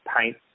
paint